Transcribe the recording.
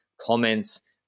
comments